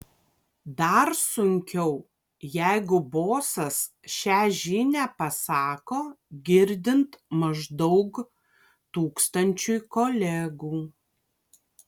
dar sunkiau jeigu bosas šią žinią pasako girdint maždaug tūkstančiui kolegų